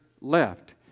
left